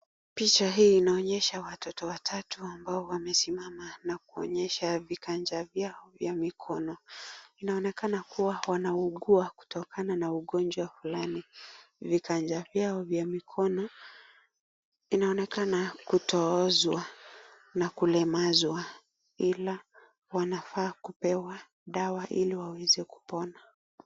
Picha hii inaonyesha watoto watatu ambao wamesimama na kuonyesha viganja vyao vya mikono. Inaonekana kuwa wanaugua kutokana na ugonjwa fulani. Viganja vyao vya mikono vinaonekana kutooshwa na kulemazwa ila wanafaa kupewa dawa ili waweze kuona.